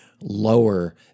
lower